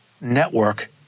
network